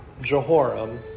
Jehoram